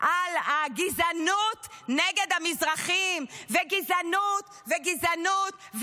על הגזענות נגד המזרחים וגזענות וגזענות,